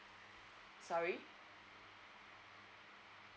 sorry